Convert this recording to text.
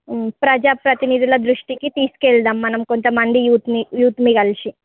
ప్రజాప్రతినిధుల దృష్టికి తీసుకెళ్దాం మనం కొంతమంది యూత్ మి యూత్ మి కలిసి